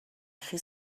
chi